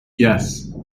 yes